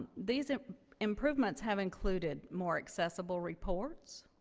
these ah improvements have included, more accessible reports,